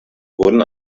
wurden